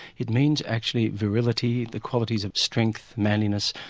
it means actually virility, equalities of strength, manliness,